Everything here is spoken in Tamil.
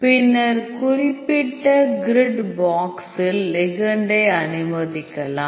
பின்னர் இந்த குறிப்பிட்ட கிரிட் பாக்ஸில் லிகெண்டை அனுமதிக்கலாம்